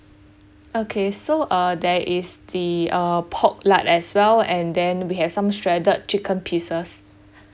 okay so uh there is the uh pork lard as well and then we have some shredded chicken pieces